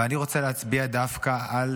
אבל אני רוצה להצביע דווקא על